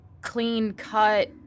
clean-cut